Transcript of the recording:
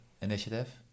initiative